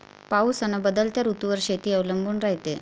पाऊस अन बदलत्या ऋतूवर शेती अवलंबून रायते